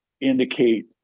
indicate